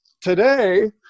today